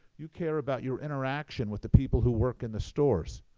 you care about your interaction with the people who work in the stores.